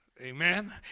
amen